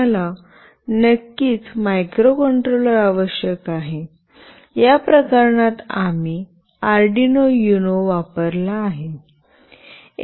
आम्हाला नक्कीच मायक्रोकंट्रोलर आवश्यक आहे या प्रकरणात आम्ही अरडिनो युनो वापरला आहे